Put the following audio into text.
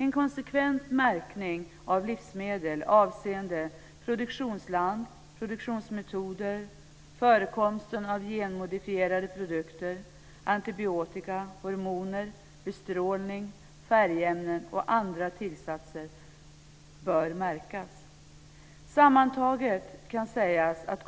En konsekvent märkning av livsmedel avseende produktionsland, produktionsmetoder, förekomsten av genmodifierade produkter, antibiotika, hormoner, bestrålning, färgämnen och andra tillsatser bör införas. Sammantaget kan sägas att